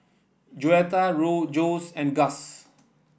Joetta Jose and Gus